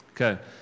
Okay